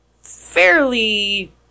fairly